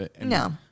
No